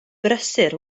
brysur